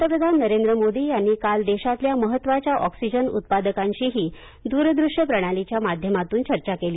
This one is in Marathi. पंतप्रधान नरेंद्र मोदी यांनी काल देशातल्या महत्त्वाच्या ऑक्सिजन उत्पादकांशीही दूरदृश्य प्रणालीच्या माध्यमातून चर्चा केली